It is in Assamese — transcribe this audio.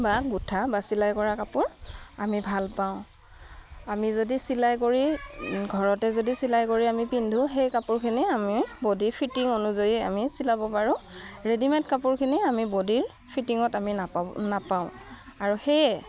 বা গোঁঠা বা চিলাই কৰা কাপোৰ আমি ভাল পাওঁ আমি যদি চিলাই কৰি ঘৰতে যদি চিলাই কৰি আমি পিন্ধোঁ সেই কাপোৰখিনি আমি বডীৰ ফিটিং অনুযায়ী আমি চিলাব পাৰোঁ ৰেডিমেড কাপোৰখিনি আমি বডীৰ ফিটিঙত আমি নাপাব নাপাওঁ আৰু সেয়ে